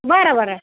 बरं बरं